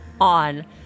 on